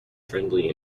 friendly